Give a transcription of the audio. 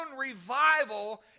revival